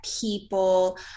people